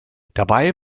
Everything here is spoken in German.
dabei